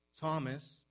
Thomas